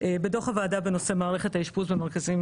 בדוח הוועדה בנושא מערכת האשפוז במרכזים